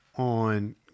On